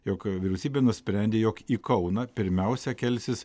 jog vyriausybė nusprendė jog į kauną pirmiausia kelsis